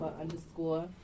underscore